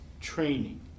training